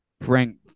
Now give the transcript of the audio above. Frank